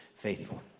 faithful